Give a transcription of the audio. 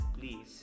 please